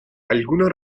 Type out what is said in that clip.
algunas